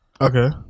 Okay